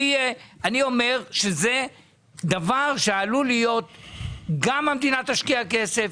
אני אומר שזה דבר שעלול להיות שגם המדינה תשקיע כסף,